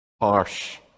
harsh